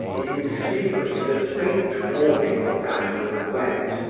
it insinuated a faint warning of that regret,